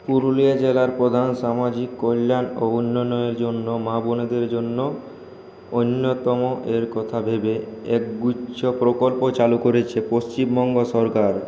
পুরুলিয়া জেলার প্রধান সামাজিক কল্যাণ ও উন্নয়নের জন্য মা বোনেদের জন্য অন্যতম এর কথা ভেবে একগুচ্ছ প্রকল্প চালু করেছে পশ্চিমবঙ্গ সরকার